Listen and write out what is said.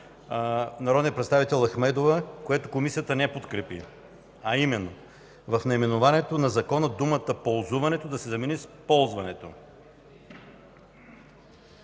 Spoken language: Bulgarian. народния представител Ахмедова, което Комисията не подкрепи, а именно: „В наименованието на Закона думата „ползуването” да се замени с „ползването”.”